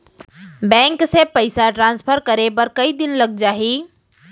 Bank से पइसा transfer करे बर कई दिन लग जाही?